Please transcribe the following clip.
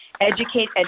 educate